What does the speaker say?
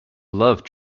love